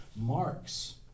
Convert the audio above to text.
marks